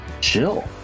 chill